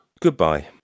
Goodbye